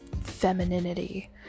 femininity